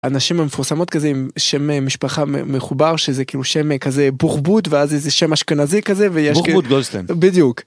הנשים המפורסמות כזה עם שם משפחה מחובר שזה כאילו שם כזה בוכבוט ואז איזה שם אשכנזי כזה בדיוק.בוכבוט גולדשטיין.